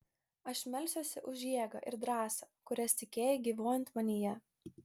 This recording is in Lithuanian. aš melsiuosi už jėgą ir drąsą kurias tikėjai gyvuojant manyje